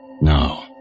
No